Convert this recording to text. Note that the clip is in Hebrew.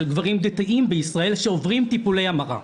גברים דתיים בישראל שעוברים טיפולי המרה.